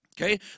Okay